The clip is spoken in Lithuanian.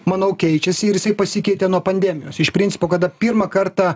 manau keičiasi ir jisai pasikeitė nuo pandemijos iš principo kada pirmą kartą